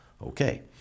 Okay